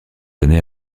années